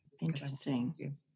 interesting